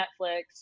Netflix